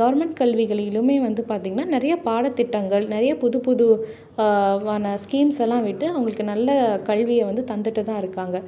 government கல்விகளிலும் வந்து பார்த்திங்கன்னா நிறையா பாடத்திட்டங்கள் நிறையா புதுப்புது வான ஸ்கீம்ஸெல்லாம் விட்டு அவங்களுக்கு நல்ல கல்வியை வந்து தந்துட்டுதான் இருக்காங்க